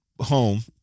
home